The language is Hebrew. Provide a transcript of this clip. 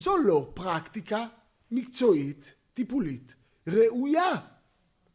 זו לא פרקטיקה מקצועית, טיפולית, ראויה!